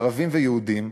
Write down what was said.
ערבים ויהודים,